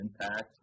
impact